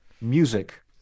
music